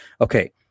Okay